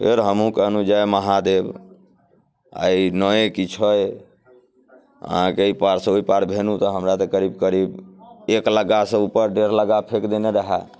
फेर हमहूँ कहलहुँ जय महादेव आइ नओए कि छओए अहाँके एहिपारसँ ओहिपार भेलहुँ तऽ हमरा तऽ करीब करीब एक लग्गासँ ऊपर डेढ़ लग्गा फेँक देने रहए